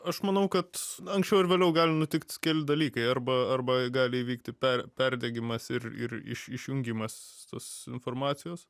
aš manau kad anksčiau ar vėliau gali nutikt keli dalykai arba arba gali įvykti per perdegimas ir ir iš išjungimas tos informacijos